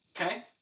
okay